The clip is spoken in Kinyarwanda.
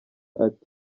ati